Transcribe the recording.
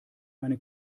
meine